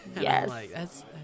Yes